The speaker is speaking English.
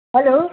hello